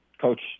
Coach